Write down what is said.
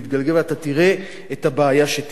ואתה תראה את הבעיה שתיגרם.